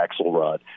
Axelrod